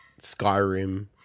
Skyrim